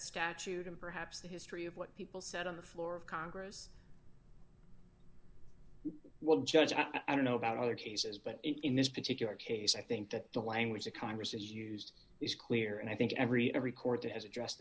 statute and perhaps the history of what people said on the floor of congress well judge i don't know about other cases but in this particular case i think that the language that congress has used is clear and i think every in every court that has addressed th